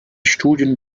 studien